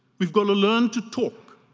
we've got to learn to talk,